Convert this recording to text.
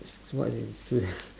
so so what's is it